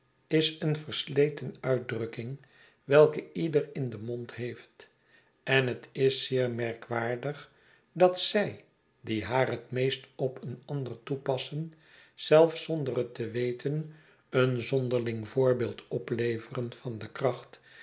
is een versleten uitdrukking welke ieder in den mond heeft en het is zeer merkwaardig dat zy die haar het meest op een ander toepassen zelf zonder het te weten een zonderling voorbeeld opleveren van de kracht